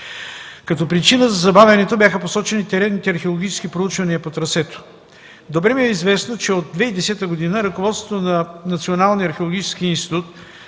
Като причина за забавянето бяха посочени теренните археологически проучвания по трасето. Добре ми е известно, че от 2010 г. ръководството на Националния археологически институт